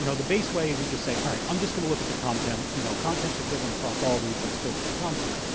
you know the base way is you just say, all right, i'm just going to look at the content you know content is equivalent across all these. let's search by content.